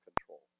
control